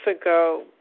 ago